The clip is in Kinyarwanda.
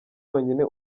wonyine